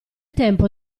tempo